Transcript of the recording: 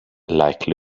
like